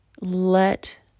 let